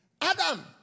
Adam